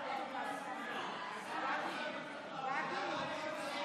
לוועדת הכנסת.